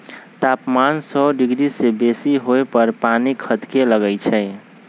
तापमान सौ डिग्री से बेशी होय पर पानी खदके लगइ छै